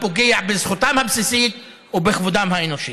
הפוגע בזכותם הבסיסית ובכבודם האנושי.